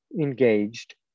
engaged